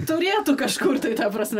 turėtų kažkur tai ta prasme